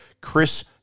Chris